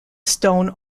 stone